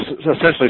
essentially